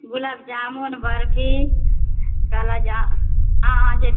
गुलाब जामुन बर्फी काला जा हाँ हाँ जली